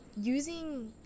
using